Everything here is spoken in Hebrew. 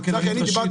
לא הכלכלנית הראשית,